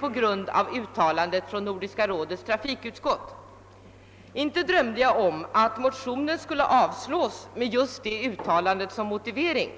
på grund av yttrandet från Nordiska rådets trafikutskott. Inte drömde jag om att motionen skulle avstyrkas med detta uttalande som motivering.